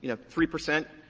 you know, three percent.